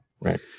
Right